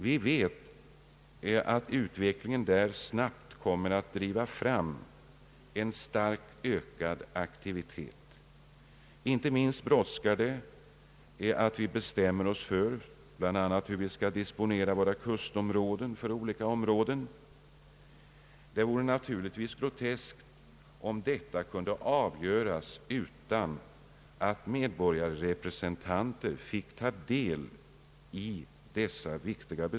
Vi vet att utvecklingen där snabbt kommer att driva fram en starkt ökad aktivitet. Inte minst brådskar det att vi bestämmer oss för bl.a. hur vi skall disponera våra kustområden för olika ändamål. Det vore naturligtvis groteskt om detta kunde avgöras utan att medborgarrepresentanter fick ta del i besluten.